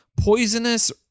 poisonous